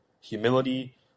humility